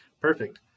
Perfect